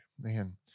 man